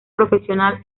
profesional